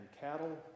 cattle